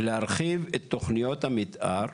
להרחיב את תכניות המתאר,